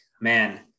man